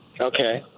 Okay